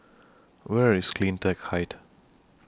Where IS CleanTech Height